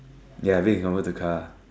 ya the bed can convert to car